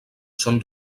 són